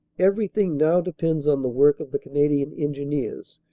everything now depends on the work of the canadian engineers,